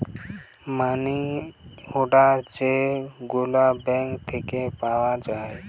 মানি order যে গুলা bank থিকে পাওয়া যায়